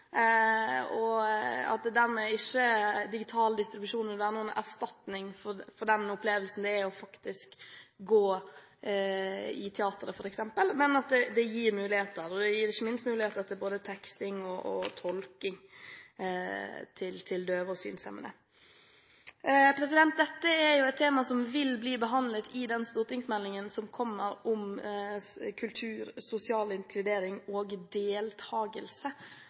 og at digital distribusjon ikke er noen erstatning for den opplevelsen det faktisk er f.eks. å gå i teatret, men at det gir muligheter. Det gir ikke minst muligheter til både teksting og tolking til døve og synshemmede. Dette er jo et tema som vil bli behandlet i den stortingsmeldingen som kommer om kultur, sosial inkludering og